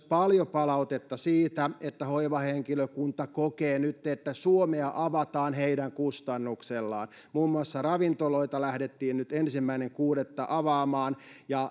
paljon palautetta siitä että hoivahenkilökunta kokee nyt että suomea avataan heidän kustannuksellaan muun muassa ravintoloita lähdettiin nyt ensimmäinen kuudetta avaamaan ja